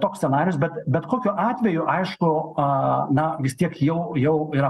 toks scenarijus bet bet kokiu atveju aišku a na vis tiek jau jau yra